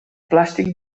plàstic